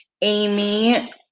Amy